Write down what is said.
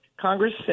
Congress